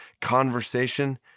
conversation